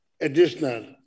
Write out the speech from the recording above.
additional